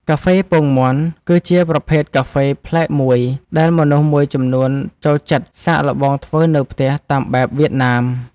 កាហ្វេពងមាន់ គឺជាប្រភេទកាហ្វេប្លែកមួយដែលមនុស្សមួយចំនួនចូលចិត្តសាកល្បងធ្វើនៅផ្ទះតាមបែបវៀតណាម។